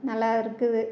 நல்லா இருக்குது